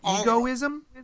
egoism